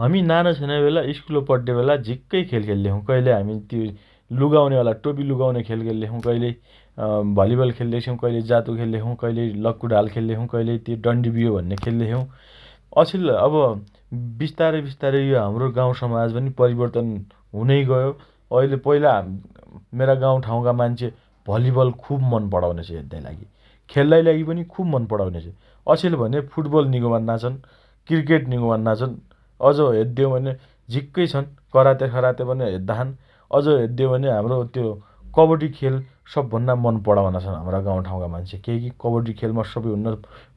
हमी नाना छने बेला स्कुल पड्डे बेला झिक्कै खेल खेल्लेछौँ । कहिले हामी त्यो लुगाउने वाला टोपी लुगाउने वाला खेल खेल्लेछौं । कहिलै अँ भलिबल खेल्लेछौँ । कहिले जादु खेल्लेछौ । कहिले लक्कुढाल खेल्लेछौँ । कहिले त्या डण्डिबियो भन्ने खेल्लेछौँ । अछेल अब विस्तारै विस्तारै यो हाम्रो गाउँ समाज पनि परिवर्तन हुनै गयो । अहिले पहिला ह् मेरा गाउँठाउँका मान्छे भलिबल खुब मन पणाउने छे । हेद्दाइ लागि । खेल्लाइ लागि पनि खुब मन पणाउने छे । अछेल भने फुटबल निको मान्ना छन् । क्रिकेट निको मान्ना छन् । अझ हेद्देउ भने झिक्कै छन् । कराते सराते पन हेद्दा छन् । अझ हेद्दे हो भने हाम्रो त्यो कबड्डी खेल सबभन्दा मन पराउना छन् हम्रा गाउँठाउँका मान्छे । केइकी कबड्डी खेलमा सबैभन्ना